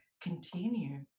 continue